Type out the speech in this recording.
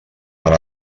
per